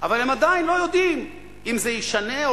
אבל הם עדיין לא יודעים אם זה ישנה או